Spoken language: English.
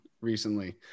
recently